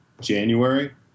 January